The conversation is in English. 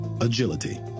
agility